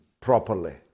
properly